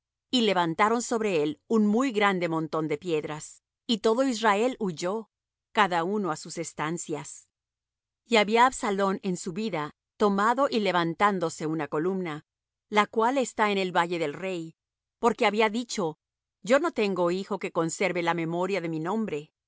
y levantaron sobre él un muy grande montón de piedras y todo israel huyó cada uno á sus estancias y había absalom en su vida tomado y levantádose una columna la cual está en el valle del rey porque había dicho yo no tengo hijo que conserve la memoria de mi nombre